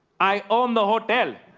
i own the hotel.